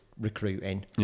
recruiting